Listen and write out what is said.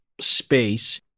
space